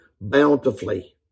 bountifully